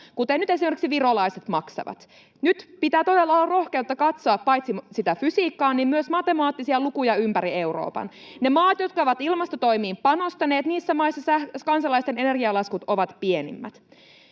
kuten nyt esimerkiksi virolaiset maksavat. Nyt pitää todella olla rohkeutta katsoa paitsi sitä fysiikkaa myös matemaattisia lukuja ympäri Euroopan: niissä maissa, jotka ovat ilmastotoimiin panostaneet, kansalaisten energialaskut ovat pienimmät.